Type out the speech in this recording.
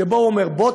שבו הוא אומר: בוא,